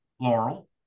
Laurel